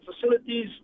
Facilities